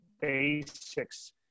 basics